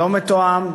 לא מתואם,